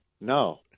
no